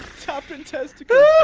tapping testicles